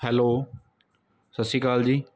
hello ਸਤਿ ਸ਼੍ਰੀ ਅਕਾਲ ਜੀ